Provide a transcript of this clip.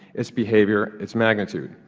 its behavior, its magnitude.